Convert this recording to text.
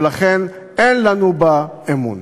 ולכן אין לנו בה אמון.